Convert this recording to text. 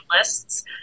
lists